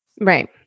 Right